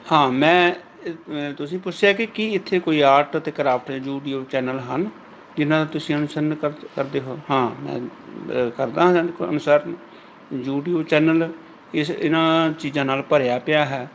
ਹਾਂ ਮੈਂ ਤੁਸੀਂ ਪੁੱਛਿਆ ਕਿ ਕੀ ਇੱਥੇ ਕੋਈ ਆਰਟ ਅਤੇ ਕਰਾਫਟ ਯੂਟਿਊਬ ਚੈਨਲ ਹਨ ਜਿਨ੍ਹਾਂ ਦਾ ਤੁਸੀਂ ਅਨੁਸਰਨ ਕਰ ਕਰਦੇ ਹੋ ਹਾਂ ਮੈਂ ਕਰਦਾ ਹਨ ਅਨੁਸਰਨ ਯੂਟੀਊਬ ਚੈਨਲ ਇਸ ਇਹਨਾਂ ਚੀਜ਼ਾਂ ਨਾਲ ਭਰਿਆ ਪਿਆ ਹੈ